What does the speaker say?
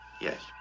Yes